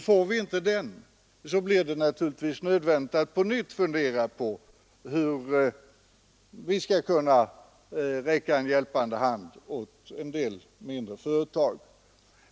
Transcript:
Får vi inte en sådan, blir det naturligtvis nödvändigt att på nytt fundera över hur vi skall kunna räcka en del mindre företag en hjälpande hand.